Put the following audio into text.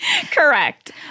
Correct